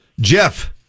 Jeff